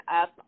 up